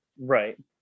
Right